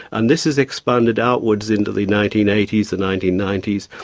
and this has expanded outwards into the nineteen eighty s, the nineteen ninety s.